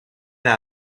las